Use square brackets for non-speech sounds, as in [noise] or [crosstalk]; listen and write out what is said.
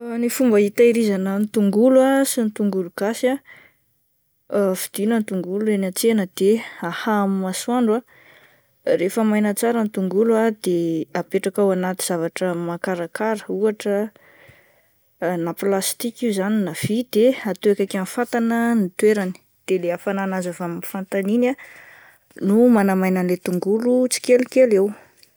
[hesitation] Ny fomba hitahirizana ny tongolo ah sy ny tongolo gasy ah, [hesitation] vidiana ny tongolo eny an-tsena dia ahahy amin'ny masoandro ah, rehefa maina tsara ny tongolo dia apetraka anaty zavatra makarakara ohatra [hesitation] na plastika io na vy dia atao eo akaikin'ny fatana ny toerany de ilay hafanana azo avy amin'ilay fatana iny ah no manamaina le tongolo tsikelikely eo.